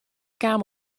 kaam